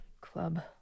club